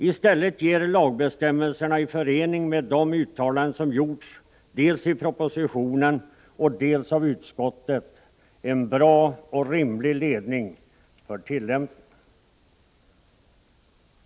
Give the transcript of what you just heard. I stället ger lagbestämmelserna i förening med de uttalanden som gjorts dels i propositionen, dels av utskottet en bra och rimlig ledning för tillämpningen.